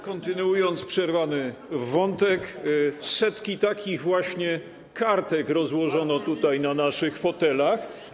Kontynuując przerwany wątek, setki takich właśnie kartek rozłożono na naszych fotelach.